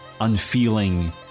unfeeling